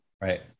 right